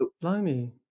Blimey